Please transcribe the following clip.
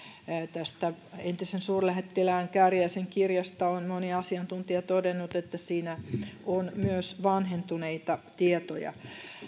tästä entisen suurlähettilään kääriäisen kirjasta on moni asiantuntija todennut että siinä on myös vanhentuneita tietoja